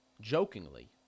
jokingly